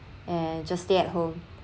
and just stay at home